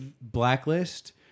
blacklist